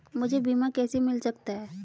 मुझे बीमा कैसे मिल सकता है?